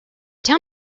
tell